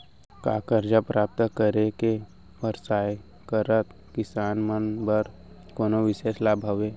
का करजा प्राप्त करे के परयास करत किसान मन बर कोनो बिशेष लाभ हवे?